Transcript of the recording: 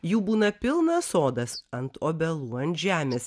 jų būna pilnas sodas ant obelų ant žemės